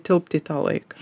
tilpt į tą laiką